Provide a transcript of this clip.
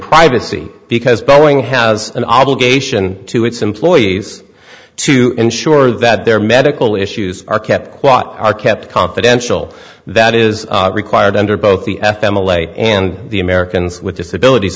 privacy because boeing has an obligation to its employees to ensure that their medical issues are kept quote are kept confidential that is required under both the f m alay and the americans with disabilities